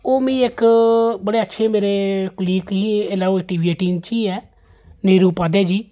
ओह् मिगी इक बडे अच्छे मेरे कुलीग ही इल्लै ओह् टी वी एटीन च ही ऐ नीरु उपाधया जी